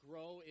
Grow